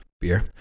beer